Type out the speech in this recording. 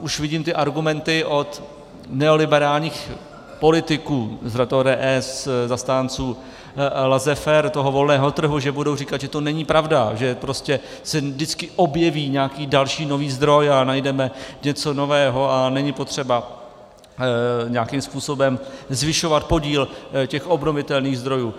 Už vidím ty argumenty od neoliberálních politiků z řad ODS, zastánců laissezfaire, toho volného trhu, že budou říkat, že to není pravda, že prostě se vždycky objeví nějaký další nový zdroj a najdeme něco nového, a není potřeba nějakým způsobem zvyšovat podíl obnovitelných zdrojů.